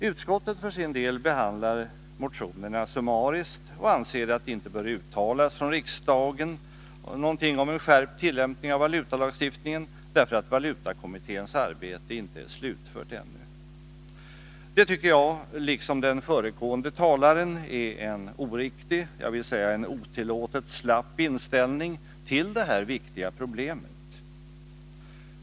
Utskottet behandlar motionerna summariskt och anser att riksdagen inte bör uttala någonting om en skärpt tillämpning av valutalagstiftningen, därför att valutakommitténs arbete ännu inte är slutfört. Det tycker jag liksom den föregående talaren är en oriktig, ja, en otillåtet slapp inställning till detta viktiga problem.